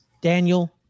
Daniel